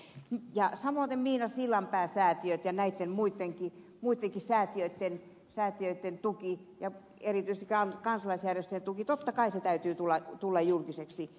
ja samoiten miina sillanpään säätiön ja näitten muittenkin säätiöitten tuen ja erityisesti kansalaisjärjestöjen tuen totta kai täytyy tulla julkiseksi